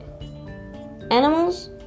animals